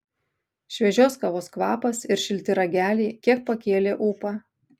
šviežios kavos kvapas ir šilti rageliai kiek pakėlė ūpą